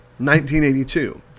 1982